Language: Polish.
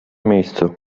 miejscu